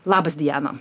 labas diana